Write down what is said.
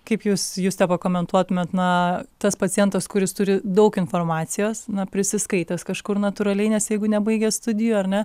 kaip jūs juste pakomentuotumėt na tas pacientas kuris turi daug informacijos na prisiskaitęs kažkur natūraliai nes jeigu nebaigęs studijų ar ne